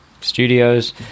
studios